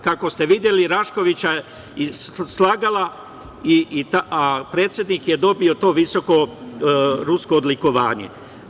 Kako ste videli Raškovićeva je slagala, a predsednik je dobio to visoko rusko odlikovanje.